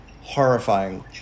horrifying